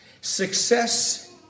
success